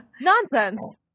Nonsense